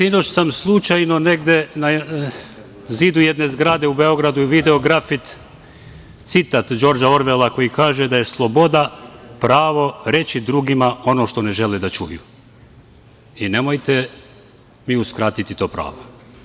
Sinoć sam slučajno na zidu jedne zgrade u Beogradu video grafit, citat Džorđa Orvela koji kaže - Sloboda je pravo reći drugima ono što ne žele da čuju", i nemojte vi uskratiti to pravo.